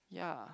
yeah